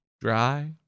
dry